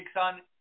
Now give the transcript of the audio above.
on